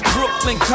Brooklyn